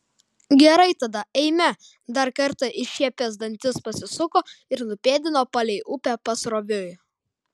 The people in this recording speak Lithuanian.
gerai tada eime dar kartą iššiepęs dantis pasisuko ir nupėdino palei upę pasroviui